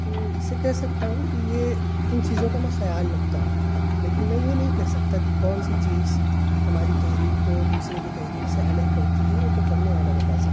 تو اسے کہہ سکتا ہوں کہ یہ ان چیزوں کا میں خیال رکھتا ہوں لیکن میں یہ نہیں کہہ سکتا کہ کون سی چیز ہماری تحریر کو دوسرے کی تحریر سے الگ کرتی ہے یہ تو پڑھنے والا بتا سکتا ہے